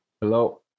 Hello